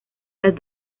las